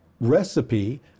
recipe